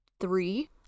three